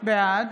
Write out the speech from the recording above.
בעד